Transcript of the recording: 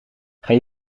gaan